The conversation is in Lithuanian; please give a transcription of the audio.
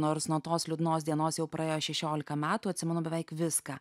nors nuo tos liūdnos dienos jau praėjo šešiolika metų atsimenu beveik viską